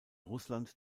russland